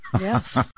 yes